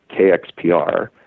KXPR